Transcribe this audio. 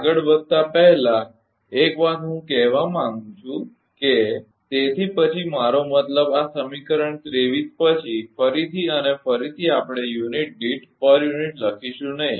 આગળ વધતા પહેલા એક વાત હું એ કહેવા માંગુ છું કે તેથી પછી મારો મતલબ આ સમીકરણ 23 પછી ફરીથી અને ફરીથી આપણે યુનિટ દીઠ નહીં લખીશું p u